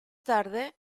tarde